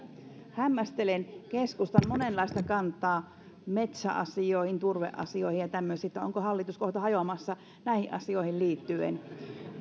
hämmästelen keskustan monenlaista kantaa metsäasioihin turveasioihin ja tämmöisiin onko hallitus kohta hajoamassa näihin asioihin liittyen